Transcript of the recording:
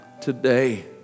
Today